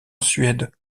suède